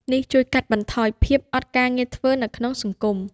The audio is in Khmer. នេះជួយកាត់បន្ថយភាពអត់ការងារធ្វើនៅក្នុងសង្គម។